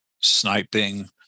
sniping